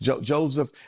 Joseph